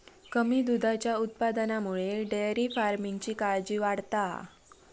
कमी दुधाच्या उत्पादनामुळे डेअरी फार्मिंगची काळजी वाढता हा